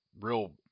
real